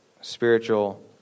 spiritual